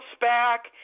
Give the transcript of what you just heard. back